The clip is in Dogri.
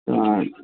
हां